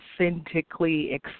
authentically